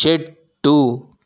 చెట్టు